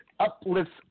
Uplifts